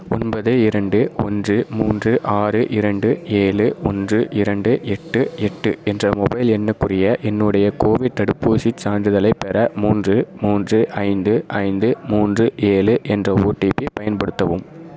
ஒன்பது இரண்டு ஒன்று மூன்று ஆறு இரண்டு ஏழு ஒன்று இரண்டு எட்டு எட்டு என்ற மொபைல் எண்ணுக்குரிய என்னுடைய கோவிட் தடுப்பூசிச்சான்றிதழை பெற மூன்று மூன்று ஐந்து ஐந்து மூன்று ஏழு என்ற ஓடிபி பயன்படுத்தவும்